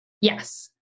Yes